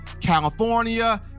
California